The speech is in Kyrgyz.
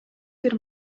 бир